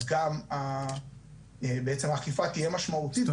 אז גם בעצם האכיפה תהיה משמעותית,